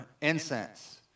incense